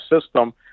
system